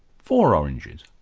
four oranges.